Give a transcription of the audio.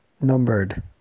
numbered